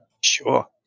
Sure